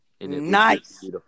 Nice